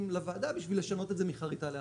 לוועדה בשביל לשנות את זה מחריטה לאחר.